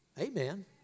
Amen